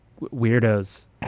weirdos